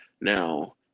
Now